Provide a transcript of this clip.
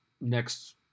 next